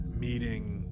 meeting